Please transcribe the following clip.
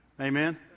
Amen